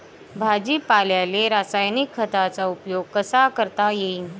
भाजीपाल्याले रासायनिक खतांचा उपयोग कसा करता येईन?